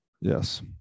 Yes